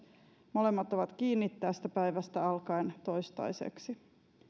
molemmat ovat kiinni tästä päivästä alkaen toistaiseksi